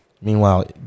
Meanwhile